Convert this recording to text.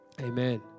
Amen